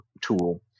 tool